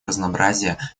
разнообразие